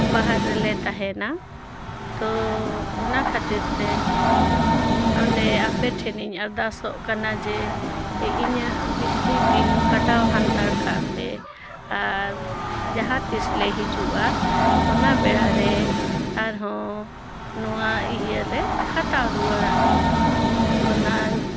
ᱵᱟᱦᱟᱨᱮᱞᱮ ᱛᱟᱦᱮᱱᱟ ᱛᱚ ᱚᱱᱟ ᱠᱷᱟᱹᱛᱤᱨᱼᱛᱮ ᱚᱸᱰᱮ ᱟᱯᱮ ᱴᱷᱮᱱᱤᱧ ᱟᱨᱫᱟᱥᱚᱜ ᱠᱟᱱᱟ ᱡᱮ ᱤᱧᱟᱹᱜ ᱵᱤᱡᱽᱞᱤ ᱵᱤᱞ ᱠᱟᱴᱟᱣ ᱦᱟᱛᱟᱲ ᱠᱟᱜᱼᱯᱮ ᱟᱨ ᱡᱟᱦᱟᱸᱛᱤᱥ ᱞᱮ ᱦᱤᱡᱩᱜᱼᱟ ᱚᱱᱟ ᱵᱮᱲᱟᱨᱮ ᱟᱨᱦᱚᱸ ᱱᱚᱣᱟ ᱤᱭᱟᱹᱞᱮ ᱦᱟᱛᱟᱣ ᱨᱩᱭᱟᱹᱲᱟ ᱚᱱᱟ